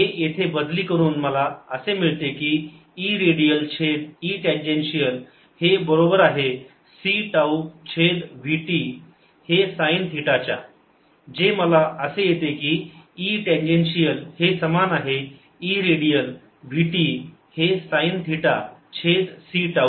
हे येथे बदली करून मला असे मिळते की E रेडियल छेद E टँजेन्शिअल हे बरोबर आहे c टाऊ छेद vt हे साईन थिटा च्या जे मला असे येते की E टँजेन्शिअल हे समान आहे E रेडियल vt हे साईन थिटा छेद c टाऊ